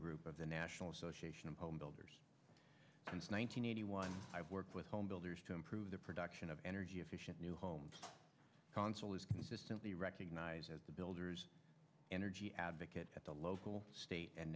group of the national association of home builders since one thousand nine hundred one i've worked with home builders to improve the production of energy efficient new homes consul is consistently recognized as the builders energy advocate at the local state and